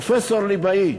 פרופסור ליבאי,